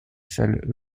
celles